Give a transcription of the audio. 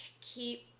keep